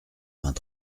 vingt